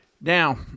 Now